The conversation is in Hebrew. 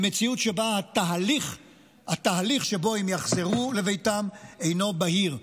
במציאות שבה התהליך שבו הם יחזרו לביתם אינו בהיר.